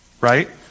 Right